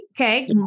okay